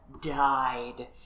died